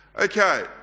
Okay